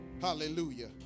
Hallelujah